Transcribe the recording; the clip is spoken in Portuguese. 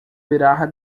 virar